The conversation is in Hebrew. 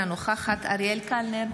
אינה נוכחת אריאל קלנר,